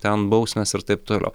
ten bausmės ir taip toliau